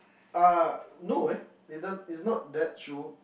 err no eh it's it's not that true